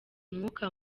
umwuka